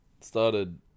Started